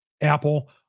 Apple